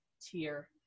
tier